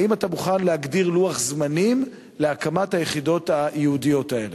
האם אתה מוכן להגדיר לוח זמנים להקמת היחידות הייעודיות האלה?